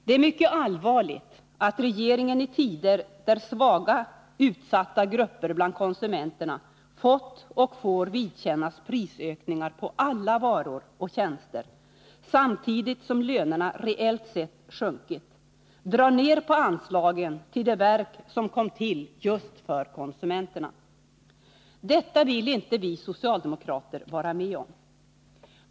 Det är mycket allvarligt att regeringen i tider då svaga utsatta grupper bland konsumenterna fått och får vidkännas prisökningar på alla varor och tjänster, samtidigt som lönerna reellt sett sjunkit, drar ner anslagen till det verk som kommit till just för konsumenterna. Detta vill inte vi socialdemokrater vara med om.